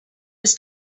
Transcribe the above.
was